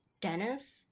Dennis